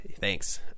thanks